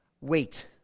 Wait